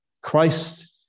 Christ